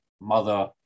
mother